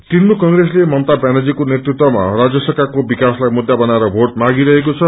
तृणमूल कंग्रेसले ममता व्यानर्जीका नेतृत्वमा राज्य सरकारको विकासलाई मुद्दा बनाएर भोट मागिरहेको छ